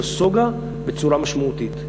נסוגה בצורה משמעותית.